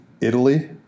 Italy